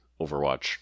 Overwatch